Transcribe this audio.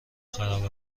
خراب